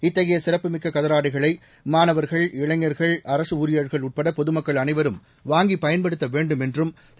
இத்தகைய சிறப்புமிக்க கதர் ஆடைகளை மாணவர்கள் இளைஞர்கள் அரசு ஊழியர்கள் உட்பட பொதமக்கள் அனைவரும் வாங்கிப் பயன்படுத்த வேண்டும் என்றும் திரு